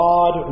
God